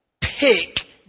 pick